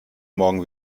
morgen